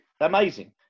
amazing